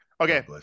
Okay